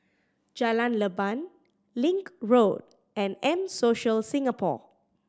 Jalan Leban Link Road and M Social Singapore